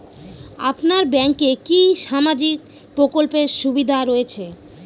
আপনার ব্যাংকে কি সামাজিক প্রকল্পের সুবিধা রয়েছে?